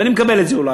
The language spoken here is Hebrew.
ואני מקבל את זה,